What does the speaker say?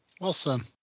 Awesome